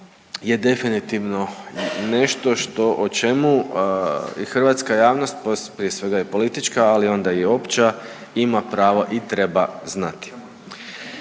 je definitivno nešto što, o čemu i hrvatska javnost, prije svega i politička, ali onda i opća ima pravo i treba znati.